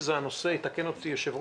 יתקן אותי מנהל